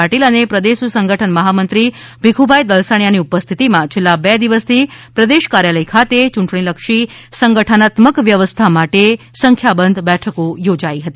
પાટીલ અને પ્રદેશ સંગઠન મહામંત્રી ભીખુભાઇ દલસાણીયાની ઉપસ્થિતિમાં છેલ્લા બે દિવસથી પ્રદેશ કાર્યાલય ખાતે ચૂંટણીલક્ષી સંગઠનાત્મક વ્યવસ્થા માટે સંખ્યાબંધ બેઠકો યોજાઇ હતી